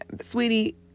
sweetie